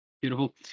Beautiful